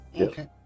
Okay